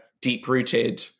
deep-rooted